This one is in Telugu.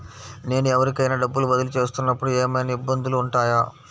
నేను ఎవరికైనా డబ్బులు బదిలీ చేస్తునపుడు ఏమయినా ఇబ్బందులు వుంటాయా?